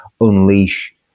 unleash